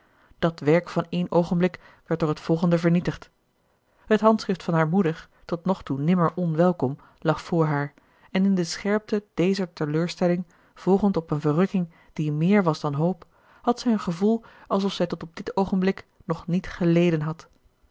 dat werk van één oogenblik werd door het volgende vernietigd het handschrift van haar moeder tot nog toe nimmer onwelkom lag vr haar en in de scherpte dezer teleurstelling volgend op eene verrukking die méér was dan hoop had zij een gevoel alsof zij tot op dit oogenblik nog niet geleden had